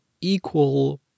equal